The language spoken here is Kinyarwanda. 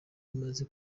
imaze